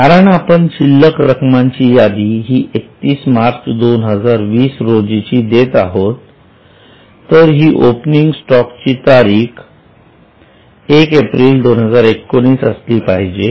कारण आपण शिल्लक रकमांची यादी ही 31 मार्च 2020 रोजीची देत आहोत तर हि ओपनिंग स्टॉक ची तारीख 1 एप्रिल 2019 असली पाहिजे